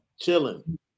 chilling